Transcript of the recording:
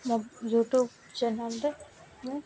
ମୋ ୟୁଟ୍ୟୁବ୍ ଚ୍ୟାନେଲ୍ରେ ମୁଁ